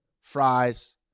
Fries